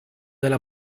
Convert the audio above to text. della